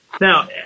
Now